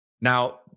Now